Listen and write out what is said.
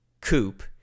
coupe